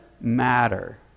matter